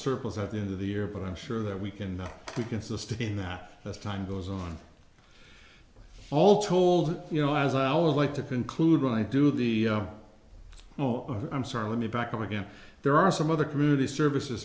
the end of the year but i'm sure that we can we can sustain that as time goes on all told you know as i always like to conclude when i do the oh i'm sorry let me back up again there are some other community services